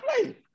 play